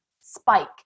spike